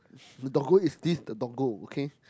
the doggo is this the doggo okay